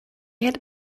had